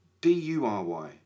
D-U-R-Y